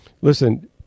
Listen